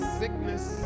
sickness